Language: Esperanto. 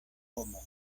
homo